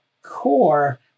core